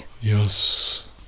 Yes